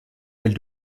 elle